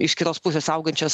iš kitos pusės augančias